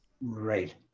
Right